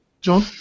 John